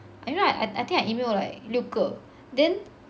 I don't know like I think I email like 六个 then